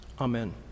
Amen